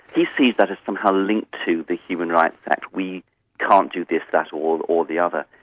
he sees that as somehow linked to the human rights act. we can't do this, that or and or the other,